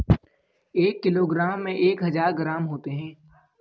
एक किलोग्राम में एक हजार ग्राम होते हैं